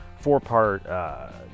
Four-part